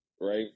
right